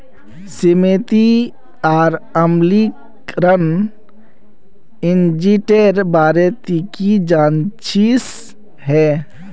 सीमित और अम्लीकरण एजेंटेर बारे ती की जानछीस हैय